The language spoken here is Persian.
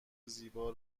زیبا